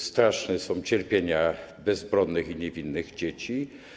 Straszne są cierpienia bezbronnych i niewinnych dzieci.